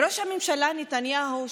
ראש הממשלה נתניהו,